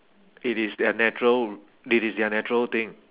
it is their natural it is their natural thing